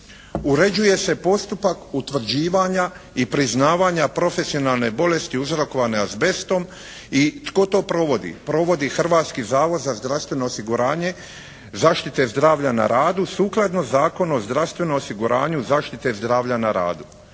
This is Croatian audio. uređuje se postupak utvrđivanja i priznavanja profesionalne bolesti uzrokovane azbestom. I tko to provodi? Provodi Hrvatski zavod za zdravstveno osiguranje zaštite zdravlja na radu sukladno Zakonu o zdravstvenom osiguranju zaštite zdravlja na radu.